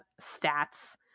stats